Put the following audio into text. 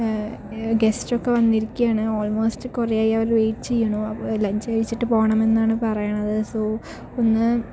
ഗസ്റ്റൊക്കെ വന്നിരിക്കുവാണ് ഓൾമോസ്റ്റ് കുറെ ആയി അവര് വെയിറ്റ് ചെയ്യണു അപ്പോൾ ലഞ്ച് കഴിച്ചിട്ട് പോണമെന്നാണ് പറയണത് സോ ഒന്ന്